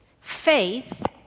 Faith